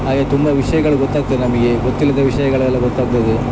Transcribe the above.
ಹಾಗೆ ತುಂಬ ವಿಷಯಗಳು ಗೊತ್ತಾಗ್ತದೆ ನಮಗೆ ಗೊತ್ತಿಲ್ಲದ ವಿಷಯಗಳು ಎಲ್ಲ ಗೊತ್ತಾಗ್ತದೆ